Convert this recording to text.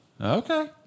Okay